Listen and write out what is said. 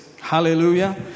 Hallelujah